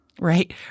Right